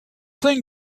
thing